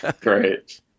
great